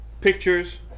pictures